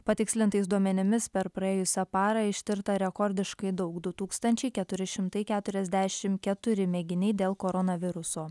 patikslintais duomenimis per praėjusią parą ištirta rekordiškai daug du tūkstančiai keturi šimtai keturiasdešimt keturi mėginiai dėl koronaviruso